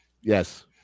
Yes